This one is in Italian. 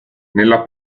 nella